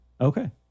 Okay